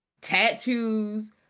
tattoos